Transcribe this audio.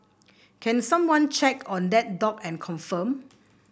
can someone check on that dog and confirm